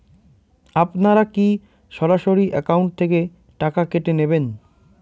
আপনারা কী সরাসরি একাউন্ট থেকে টাকা কেটে নেবেন?